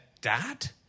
dad